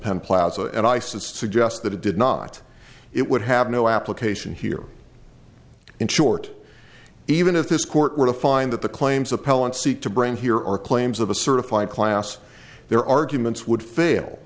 penn plaza and i suggest that it did not it would have no application here in short even if this court were to find that the claims appellant seek to bring here or claims of a certified class their arguments would fail